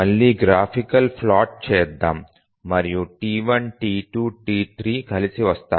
మళ్ళీ graphical plot చేద్దాం మరియు T1 T2 T3 కలిసి వస్తాయి